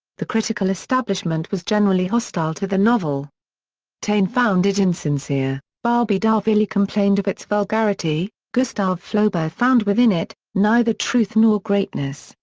the critical establishment was generally hostile to the novel taine found it insincere, barbey d'aurevilly complained of its vulgarity, gustave flaubert found within it neither truth nor greatness,